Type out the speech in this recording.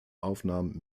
aufnahmen